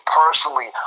personally